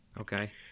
Okay